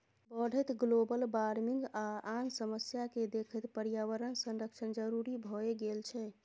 बढ़ैत global warming आ आन समस्या केँ देखैत पर्यावरण संरक्षण जरुरी भए गेल छै